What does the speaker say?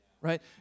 Right